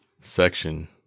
section